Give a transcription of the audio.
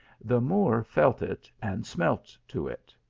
the moor felt it, and smelt to it.